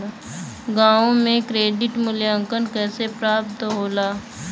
गांवों में क्रेडिट मूल्यांकन कैसे प्राप्त होला?